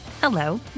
Hello